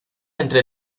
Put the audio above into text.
entre